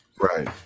Right